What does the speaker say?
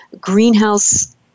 greenhouse